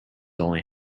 only